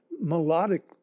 melodic